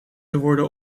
worden